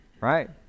Right